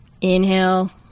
inhale